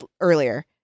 earlier